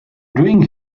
doing